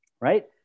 Right